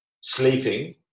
sleeping